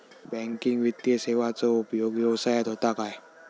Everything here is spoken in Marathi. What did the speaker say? बँकिंग वित्तीय सेवाचो उपयोग व्यवसायात होता काय?